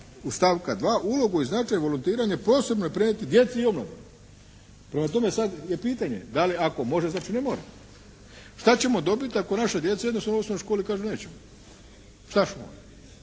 2. stavka 2. ulogu i značaj volontiranja posebno …/Govornik se ne razumije./… djeci i omladini. Prema tome, sad je pitanje da li ako može, znači ne mora. Šta ćemo dobiti ako naša djeca jednostavno u osnovnoj školi kažu nećemo. Šta ćemo onda?